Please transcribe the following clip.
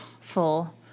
full